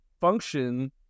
function